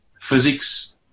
physics